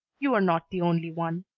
you are not the only one.